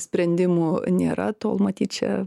sprendimų nėra tol matyt čia